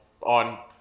on